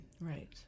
Right